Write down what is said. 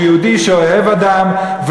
שהוא יהודי אוהב אדם,